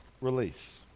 release